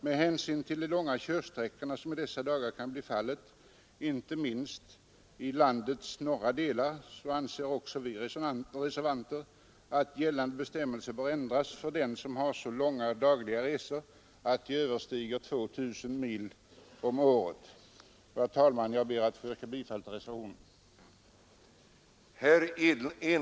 Med hänsyn till de iånga körsträckor som i dessa dagar kan bli fallet, inte minst i landets norra delar, anser också vi reservanter att gällande bestämmelser bör ändras för dem som har så långa dagliga bilresor att körsträckan överstiger 2 000 mil om året. Herr talman! Jag ber att få yrka bifall till reservationen.